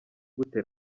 gute